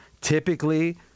Typically